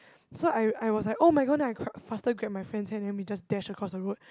so I I was like [oh]-my-god then I grab faster grab my friend's hand then we just dash across the road